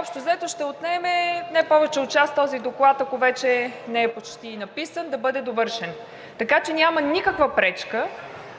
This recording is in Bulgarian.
Общо взето ще отнеме не повече от час този доклад, ако вече не е почти написан – да бъде довършен. Така че няма никаква пречка